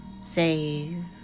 save